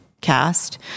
cast